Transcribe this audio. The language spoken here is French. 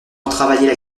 retravailler